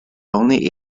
only